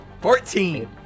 Fourteen